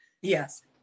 Yes